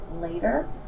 later